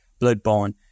Bloodborne